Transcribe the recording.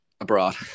Abroad